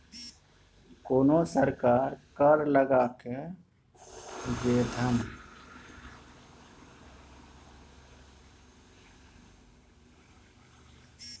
कोनो सरकार कर लगाकए जे धन हासिल करैत छै ओकरा राजस्व कर कहल जाइत छै